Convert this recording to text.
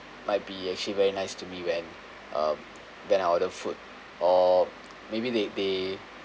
might be actually very nice to me when um when I order food or maybe they they